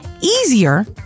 easier